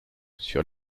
sur